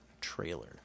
trailer